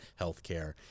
healthcare